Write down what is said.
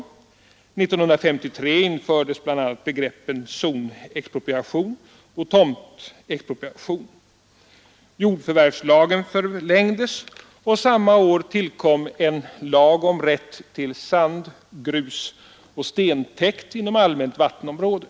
1953 infördes bl.a. begreppet zonexpropriation och tomtexpropriation, jordförvärvslagen förlängdes, och samma år tillkom en lag om rätt till sand-, grusoch stentäkt inom allmänt vattenområde.